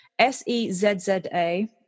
S-E-Z-Z-A